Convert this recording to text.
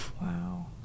Wow